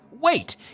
Wait